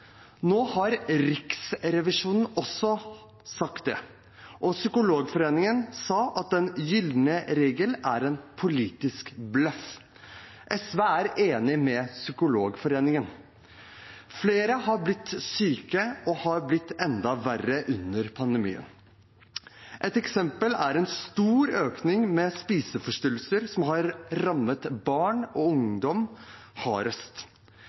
Nå har Riksrevisjonen også sagt det, og Psykologforeningen sa at den gylne regel er en politisk bløff. SV er enig med Psykologforeningen. Flere har blitt syke og blitt enda verre under pandemien. Et eksempel er en stor økning i spiseforstyrrelser, som har rammet barn og ungdom hardest.